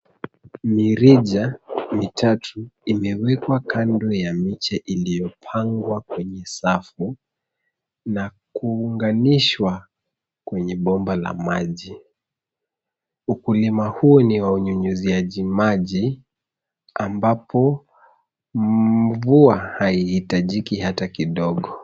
Mirija mitatu imewekwa kando ya miche iliyopangwa kwenye safu, na kuunganishwa kwenye bomba la maji. Ukulima huu ni wa unyunyiziaji maji ambapo mvua haiitajiki hata kidogo.